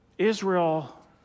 Israel